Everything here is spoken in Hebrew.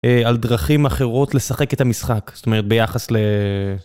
על דרכים אחרות לשחק את המשחק, זאת אומרת ביחס ל...